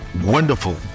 wonderful